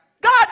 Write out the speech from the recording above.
God